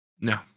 No